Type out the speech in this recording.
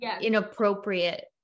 inappropriate